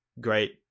great